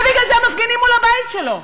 ובגלל זה מפגינים מול הבית שלו.